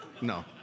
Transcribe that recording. no